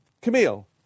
Camille